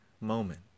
moment